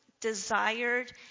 desired